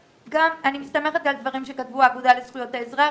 אני מסתמכת על הדברים שכתבו האגודה לזכויות האזרח,